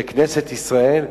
של כנסת ישראל,